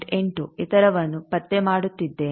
8 ಇತರವನ್ನು ಪತ್ತೆ ಮಾಡುತ್ತಿದ್ದೇನೆ